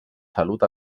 salut